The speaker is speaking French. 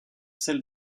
celle